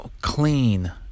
clean